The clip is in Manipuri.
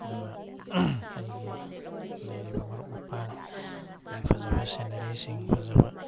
ꯑꯗꯨꯒ ꯑꯩꯒꯤ ꯂꯩꯔꯤꯕ ꯃꯔꯨꯞ ꯃꯄꯥꯡ ꯑꯗꯒꯤ ꯐꯖꯕ ꯁꯤꯟꯅꯔꯤꯁꯤꯡ ꯐꯖꯕ